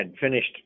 finished